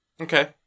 okay